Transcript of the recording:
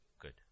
good